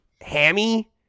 hammy